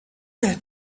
that